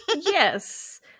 Yes